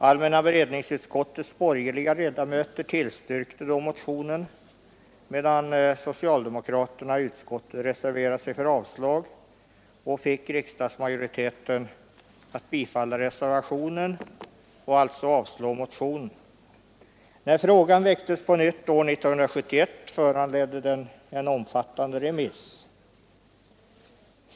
Allmänna beredningsutskottets borgerliga ledamöter tillstyrkte motionen, medan socialdemokraterna i utskottet reserverade sig för avslag och fick riksdagsmajoriteten att bifalla reservationen och alltså avslå motionen. När frågan väcktes på nytt år 1971 föranledde den en omfattande remissbehandling.